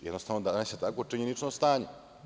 Jednostavno, danas je takvo činjenično stanje.